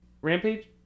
Rampage